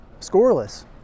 scoreless